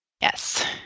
Yes